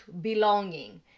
belonging